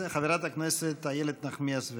חברת הכנסת איילת נחמיאס ורבין.